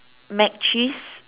mac cheese